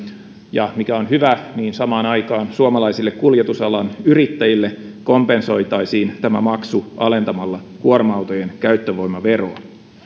ja mikä on hyvä samaan aikaan suomalaisille kuljetusalan yrittäjille kompensoitaisiin tämä maksu alentamalla kuorma autojen käyttövoimaveroa